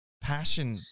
passion